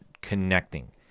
connecting